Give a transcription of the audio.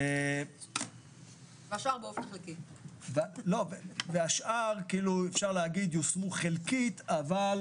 וכל השאר יושמו חלקית אבל